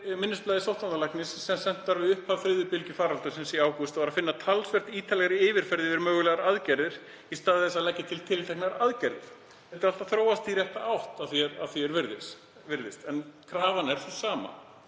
minnisblaði sóttvarnalæknis, sem sent var við upphaf þriðju bylgju faraldursins í ágúst, var að finna talsvert ítarlega yfirferð yfir mögulegar aðgerðir í stað þess að lagðar væru til tilteknar aðgerðir. Þetta er allt þróast í rétta átt, að því er virðist, en krafan er sú sama.